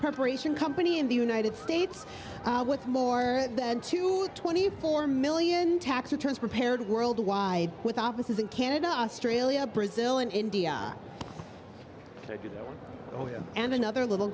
preparation company in the united states with more than two twenty four million tax returns prepared worldwide with offices in canada australia brazil and india oh yeah and another little